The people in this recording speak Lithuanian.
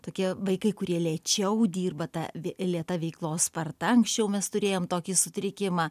tokie vaikai kurie lėčiau dirba tą ve lėta veiklos sparta anksčiau mes turėjom tokį sutrikimą